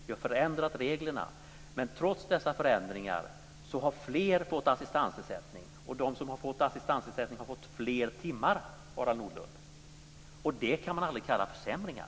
Vi har förändrat reglerna, men trots dessa förändringar har fler fått assistansersättning, och de som har fått assistansersättning har fått fler timmar, Harald Nordlund. Det kan man aldrig kalla försämringar.